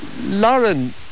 Lauren